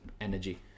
energy